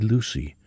Lucy